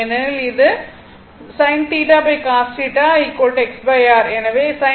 ஏனெனில் இது sin θcos θ XR